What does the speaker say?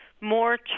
more